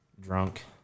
drunk